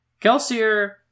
Kelsier